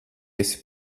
esi